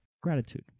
gratitude